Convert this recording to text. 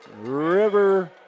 River